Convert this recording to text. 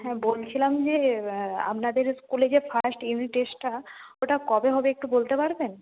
হ্যাঁ বলছিলাম যে আপনাদের স্কুলের যে ফার্স্ট ইউনিট টেস্টটা ওটা কবে হবে একটু বলতে পারবেন